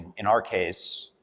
in our case,